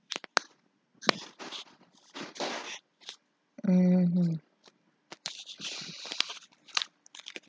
mm